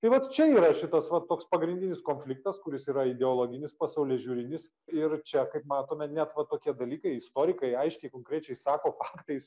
tai vat čia yra šitas va toks pagrindinis konfliktas kuris yra ideologinis pasaulėžiūrinis ir čia kaip matome net va tokie dalykai istorikai aiškiai konkrečiai sako faktais